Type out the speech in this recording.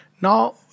Now